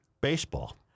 Baseball